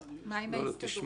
מה לגבי ההסתדרות?